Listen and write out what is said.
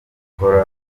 ikora